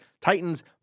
Titans